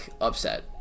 upset